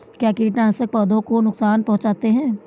क्या कीटनाशक पौधों को नुकसान पहुँचाते हैं?